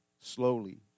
slowly